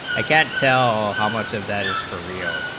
i can tell how much of that is for real